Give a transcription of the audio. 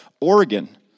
Oregon